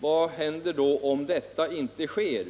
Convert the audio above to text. vad händer om detta inte sker?